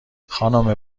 خانم